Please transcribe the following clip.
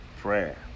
prayer